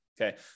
okay